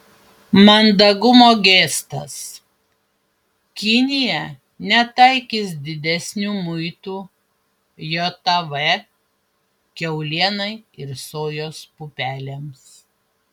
mandagumo gestas kinija netaikys didesnių muitų jav kiaulienai ir sojos pupelėms